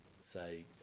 say